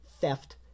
theft